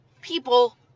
people